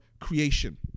creation